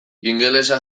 ingelesa